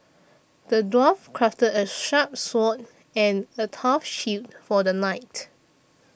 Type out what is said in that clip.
the dwarf crafted a sharp sword and a tough shield for the knight